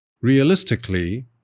Realistically